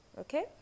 Okay